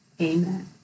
Amen